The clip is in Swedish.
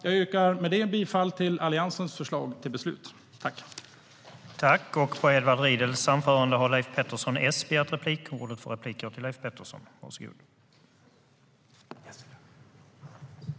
Med detta yrkar jag bifall till Alliansens förslag till beslut.